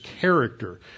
character